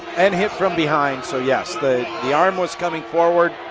and hit from behind so yes the the arm was coming forward,